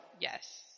Yes